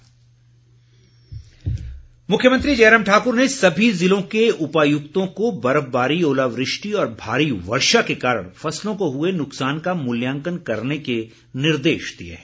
मूल्यांकन मुख्यमंत्री जयराम ठाकुर ने सभी ज़िलों के उपायुक्तों को बर्फबारी ओलावृष्टि और भारी वर्षा के कारण फसलों को हुए नुकसान का मूल्यांकन करने के निर्देश दिए हैं